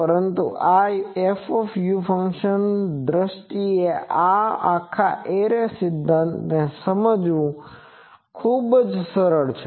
પરંતુ આ f ફંક્શનની દ્રષ્ટિએ આ આખા એરે સિદ્ધાંતને સમજવું ખૂબ જ સરળ છે